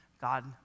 God